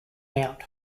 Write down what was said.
out